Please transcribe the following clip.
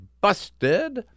busted